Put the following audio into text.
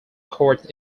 court